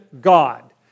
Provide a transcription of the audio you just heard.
God